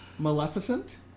Maleficent